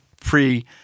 pre